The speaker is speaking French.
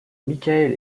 michael